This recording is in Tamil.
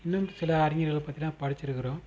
இன்னும் சில அறிஞர்களை பற்றிலாம் படிச்சிருக்கிறோம்